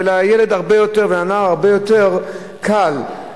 ולילד ולנער הרבה יותר קל,